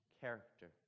character